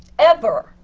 ever.